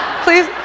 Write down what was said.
Please